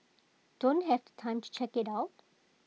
don't have the time to check IT out